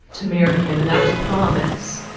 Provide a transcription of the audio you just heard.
to marry him, and that was a promise.